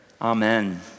Amen